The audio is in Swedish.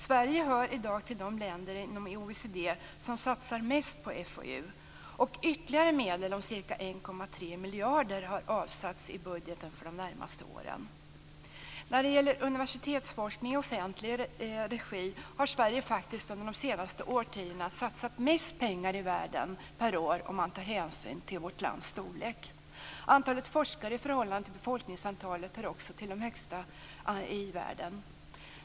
Sverige hör i dag till de länder inom OECD som satsar mest på FoU, och ytterligare medel om ca 1,3 miljarder har avsatts i budgeten för de närmaste åren. När det gäller universitetsforskning i offentlig regi har Sverige faktiskt under de senaste årtiondena satsat mest pengar i världen per år, om man tar hänsyn till vårt lands storlek. Antalet forskare i förhållande till befolkningsantalet är också ett av de högsta i världen.